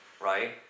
right